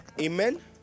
Amen